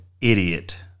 idiot